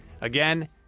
Again